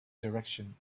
direction